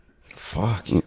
fuck